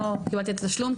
לא קיבלתי את התשלום,